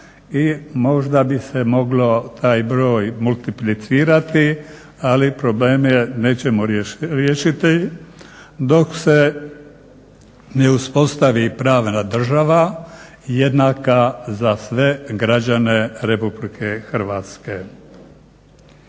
možda bi se moglo taj broj multiplicirati, ali probleme nećemo riješiti dok se ne uspostavi pravna država jednaka za sve građane Republike Hrvatske.